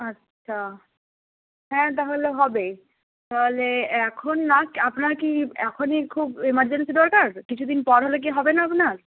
আচ্ছা হ্যাঁ তাহলে হবে তাহলে এখন না আপনার কি এখনই খুব এমারজেন্সি দরকার কিছুদিন পর হলে কি হবে না আপনার